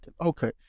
Okay